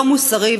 לא מוסרי,